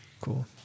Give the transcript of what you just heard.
cool